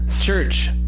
church